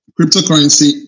cryptocurrency